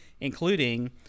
including